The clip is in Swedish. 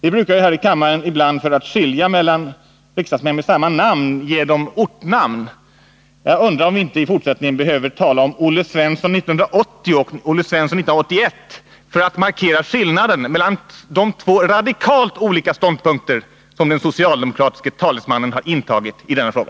Vi brukar här i kammaren för att skilja mellan riksdagsmän med samma namn ge dem ortnamn. Jag undrar om vi inte i fortsättningen behöver tala om Olle Svensson 1980 och Olle Svensson 1981 för att markera skillnaden mellan de två radikalt olika ståndpunkter som den socialdemokratiske talesmannen har intagit i denna fråga.